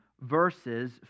verses